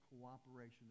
cooperation